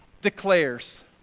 declares